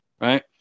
right